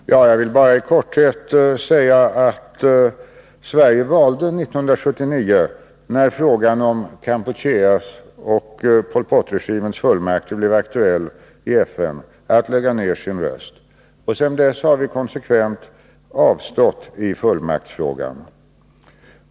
Herr talman! Jag vill bara i korthet säga att Sverige 1979, när frågan om Kampucheas och Pol Pot-regimens fullmakter blev aktuell i FN, valde att lägga ned sin röst. Sedan dess har vi konsekvent avstått från att rösta i fullmaktsfrågan.